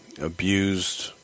abused